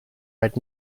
red